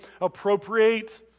appropriate